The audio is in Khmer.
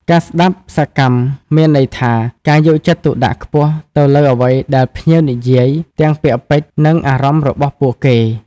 ការស្តាប់សកម្មមានន័យថាការយកចិត្តទុកដាក់ខ្ពស់ទៅលើអ្វីដែលភ្ញៀវនិយាយ ទាំងពាក្យពេចន៍ និងអារម្មណ៍របស់ពួកគេ។